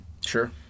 Sure